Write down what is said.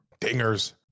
dingers